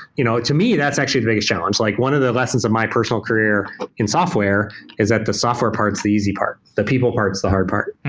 you know to me, that's actually the biggest challenges. like one of the lessons of my personal career in software is that the software part is the easy part. the people part is the hard part.